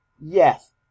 Yes